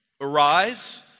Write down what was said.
arise